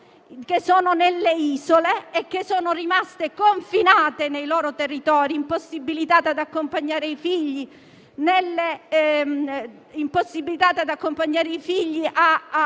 ammalate nelle isole e sono rimaste confinate nei loro territori, impossibilitate ad accompagnare i figli per